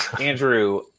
Andrew